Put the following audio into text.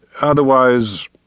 Otherwise